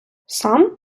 сам